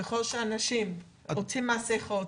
ככל שאנשים עוטים מסכות